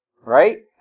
right